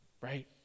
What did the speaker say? right